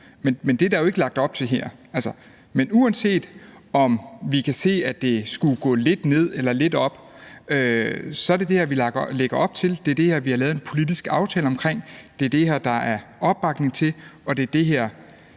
Men det er der jo ikke lagt op til her. Men uanset om vi kan se, at det skulle gå lidt ned eller lidt op, er det det her, vi lægger op til, det er det her, vi har lavet en politisk aftale om, det er det her, der er opbakning til, og det er det her,